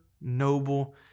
noble